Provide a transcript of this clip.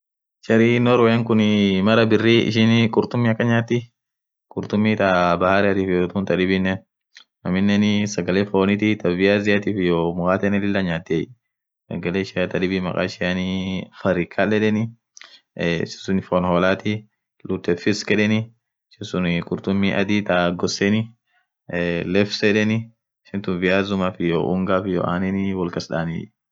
Jarri norwea khun mara birri ishin khurtummi akhan nyati khurtummi thaa bahariatif iyoo thun thadhibinen aminen sagale foniti thaa viaziati iyoo mkatenen lila nyati sagale ishian thadhibin makaishian farkal yedheni ee suun fonn holathi uttesiki yedheni suun khurtummi adhii thaa ghoseni ee lefsi yedheni ishinitun viazuma unga iyo anenin wolkasdhaniye